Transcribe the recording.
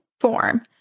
form